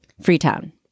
Freetown